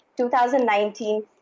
2019